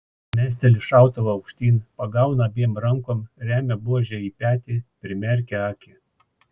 mesteli šautuvą aukštyn pagauna abiem rankom remia buožę į petį primerkia akį